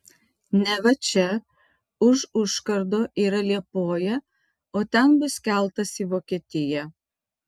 neva čia už užkardo yra liepoja o ten bus keltas į vokietiją